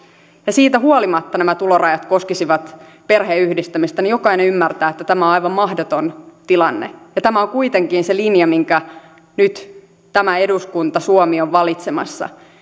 ja siitä huolimatta nämä tulorajat koskisivat perheenyhdistämistä niin jokainen ymmärtää että tämä on aivan mahdoton tilanne ja tämä on kuitenkin se linja minkä nyt tämä eduskunta suomi on valitsemassa